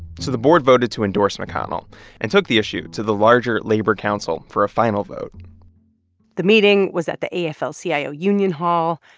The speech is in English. so the board voted to endorse mcconnell and took the issue to the larger labor council for a final vote the meeting was at the afl-cio union hall.